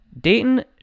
Dayton